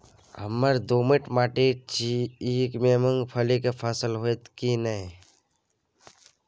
हमर दोमट माटी छी ई में मूंगफली के फसल होतय की नय?